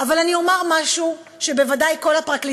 אבל אני אומר משהו שבוודאי כל הפרקליטים